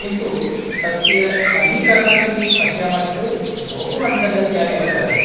किन्तु तस्य समीकरणमिति पश्यामः चेद् बहु मन्दगत्या एव चलति